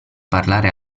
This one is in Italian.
parlare